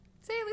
say